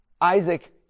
Isaac